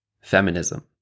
Feminism